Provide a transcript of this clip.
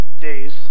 days